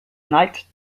neigt